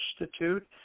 Institute